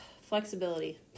Flexibility